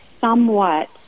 somewhat